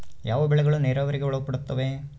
ಯಾವ ಬೆಳೆಗಳು ನೇರಾವರಿಗೆ ಒಳಪಡುತ್ತವೆ?